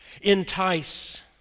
entice